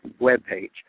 webpage